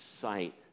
sight